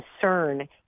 concern